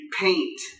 paint